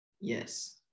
Yes